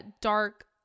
dark